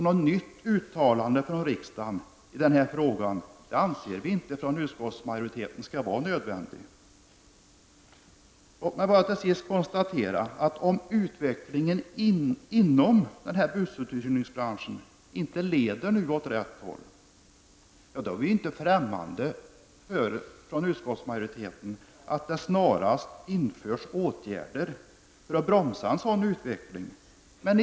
Något nytt uttalande från riksdagen i denna fråga anser vi inom utskottsmajoriteten inte nödvändigt. Låt mig till sist konstatera att om utvecklingen inom bussuthyrningsbranschen inte leder åt rätt håll, då är vi inte främmande inom utskottsmajoriteten för att snarast vidta åtgärder för att bromsa utvecklingen.